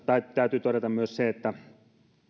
täytyy todeta myös se että